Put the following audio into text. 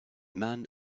man